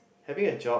having a job